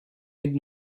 mid